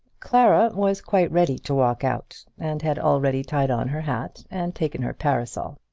clara was quite ready to walk out, and had already tied on her hat and taken her parasol.